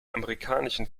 amerikanischen